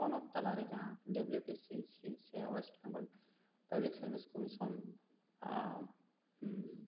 ᱯᱚᱱᱚᱛ ᱛᱟᱞᱟ ᱨᱮ ᱡᱟᱦᱟᱸ W B C S C ᱥᱮ west Bengal public service commission ᱟᱨ